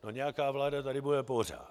No nějaká vláda tady bude pořád.